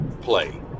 play